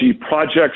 projects